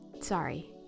Sorry